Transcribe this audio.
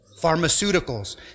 Pharmaceuticals